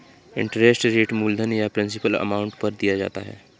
interest rate मूलधन या principal amount पर दिया जाता है